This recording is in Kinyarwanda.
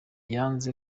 yanze